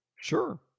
Sure